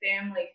Family